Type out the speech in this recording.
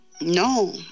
no